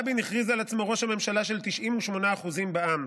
"רבין הכריז על עצמו ראש הממשלה של 98 אחוזים בעם,